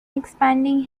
expanding